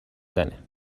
زنه